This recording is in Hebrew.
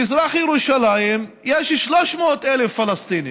במזרח ירושלים יש 300,000 פלסטינים,